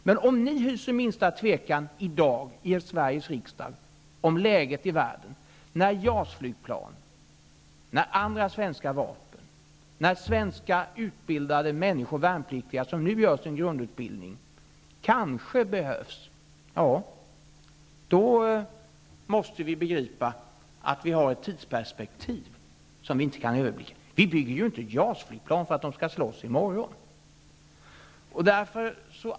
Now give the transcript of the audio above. Men om ni i dag i Sveriges riksdag hyser minsta tvekan om läget i världen när JAS-flygplan, andra svenska vapen och utbildade svenska värnpliktiga -- som nu gör sin grundutbildning -- kanske behövs, måste vi begripa att vi har ett tidsperspektiv som vi inte kan överblicka. Vi bygger ju inte JAS-flygplan för att de skall slåss i morgon.